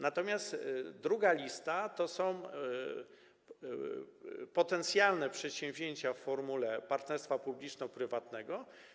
Natomiast druga lista to są potencjalne przedsięwzięcia w formule partnerstwa publiczno-prywatnego.